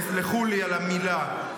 תסלחו לי על המילה,